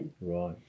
right